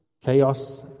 chaos